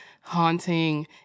haunting